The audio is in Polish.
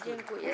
Dziękuję.